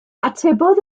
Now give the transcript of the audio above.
atebodd